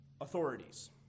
authorities